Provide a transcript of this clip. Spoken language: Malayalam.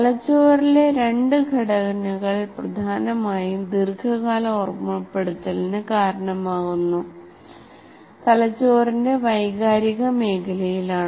തലച്ചോറിലെ രണ്ട് ഘടനകൾ പ്രധാനമായും ദീർഘകാല ഓർമ്മപ്പെടുത്തലിന് കാരണമാകുന്നത് തലച്ചോറിന്റെ വൈകാരിക മേഖലയിലാണ്